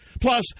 Plus